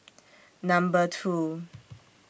Number two